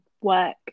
work